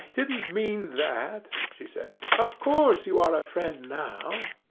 didn't mean that, she said of course, you are a friend now.